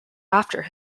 after